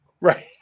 right